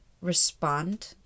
respond